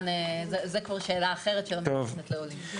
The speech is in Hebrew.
זו כבר שאלה אחרת שלא קשורה לעולים.